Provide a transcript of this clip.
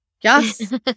yes